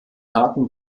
haken